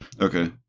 Okay